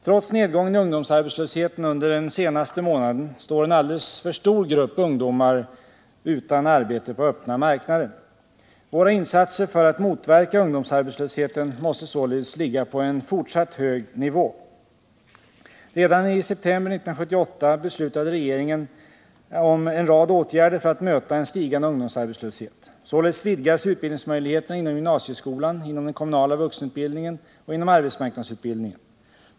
Trots nedgången i ungdomsarbetslösheten under den senaste månaden står en alldeles för stor grupp ungdomar utan arbete på öppna marknaden. Våra insatser för att motverka ungdomsarbetslösheten måste således ligga på en fortsatt hög nivå. Redan i september 1978 beslutade regeringen om en rad åtgärder för att möta en stigande ungdomsarbetslöshet. Således vidgades utbildningsmöjligheterna inom gymnasieskolan, inom den kommunala vuxenutbildningen och inom arbetsmarknadsutbildningen.